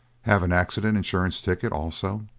have an accident insurance ticket, also?